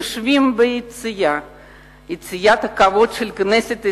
יושבים ביציע הכבוד של כנסת ישראל,